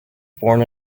born